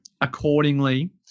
accordingly